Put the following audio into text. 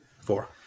Four